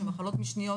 שמחלות משניות